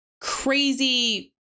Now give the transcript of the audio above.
crazy